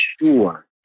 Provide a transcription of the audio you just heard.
sure